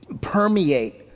permeate